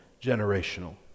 generational